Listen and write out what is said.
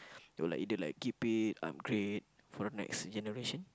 or like either like keep it um great for the next generation